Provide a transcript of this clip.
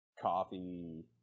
coffee